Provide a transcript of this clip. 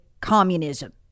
communism